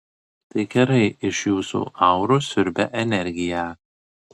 tai kerai iš jūsų auros siurbia energiją